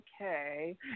okay